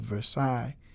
Versailles